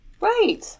Right